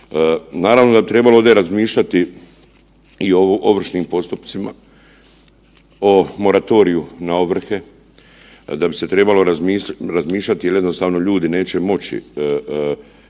Naravno da bi trebalo ovdje razmišljati i o ovršnim postupcima, o moratoriju na ovrhe, da bi se trebalo razmišljati jer jednostavno ljudi neće moći, neće imati